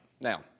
Now